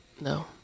No